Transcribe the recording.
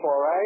right